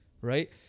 right